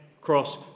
cross